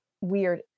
weird